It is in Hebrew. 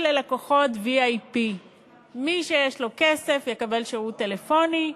ללקוחות VIP. מי שיש לו כסף יקבל שירות טלפוני,